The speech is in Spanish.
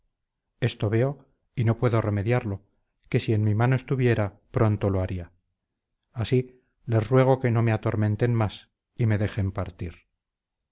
esto veo y no puedo remediarlo que si en mi mano estuviera pronto lo haría así les ruego que no me atormenten más y me